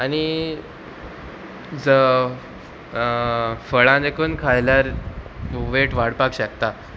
आनी ज फळां देकून खायल्यार वेट वाडपाक शकता